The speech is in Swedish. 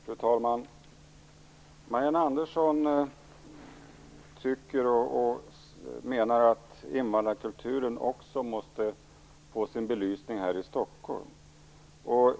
Fru talman! Marianne Andersson menar att invandrarkulturen också måste få sin belysning här i Stockholm.